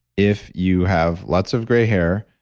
if you have lots of gray hair,